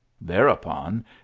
Thereupon